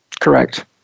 Correct